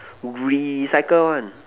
recycle one